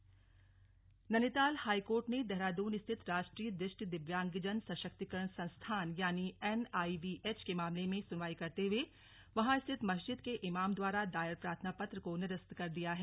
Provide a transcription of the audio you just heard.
high court NIVH Nainital high court ने देहरादून स्थित राष्ट्रीय दृष्टि दिव्यांगजन सशक्तीकरण संस्थान यानि एनआईवीएच के मामले में सुनवाई करते हुए वहां स्थित मस्जिद के इमाम द्वारा दायर प्रार्थना पत्र को निरस्त कर दिया है